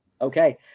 okay